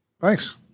Thanks